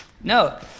No